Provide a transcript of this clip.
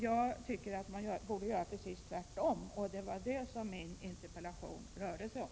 Jag tycker man borde göra precis tvärtom, och det var det min interpellation rörde sig om.